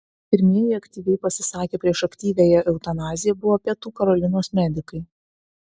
pirmieji aktyviai pasisakę prieš aktyviąją eutanaziją buvo pietų karolinos medikai